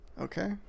Okay